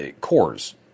cores